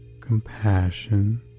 compassion